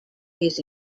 his